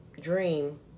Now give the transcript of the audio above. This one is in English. dream